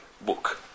book